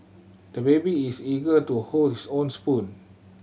the baby is eager to hold his own spoon